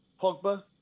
Pogba